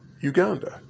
Uganda